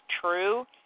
true